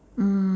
mm